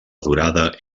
durada